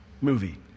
movie